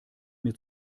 mir